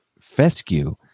fescue